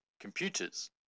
computers